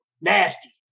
Nasty